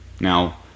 Now